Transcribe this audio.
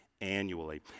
Annually